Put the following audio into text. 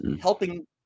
helping